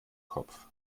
kopf